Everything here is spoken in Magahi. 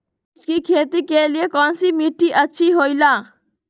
मिर्च की खेती के लिए कौन सी मिट्टी अच्छी होईला?